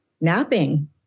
napping